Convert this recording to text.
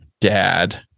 dad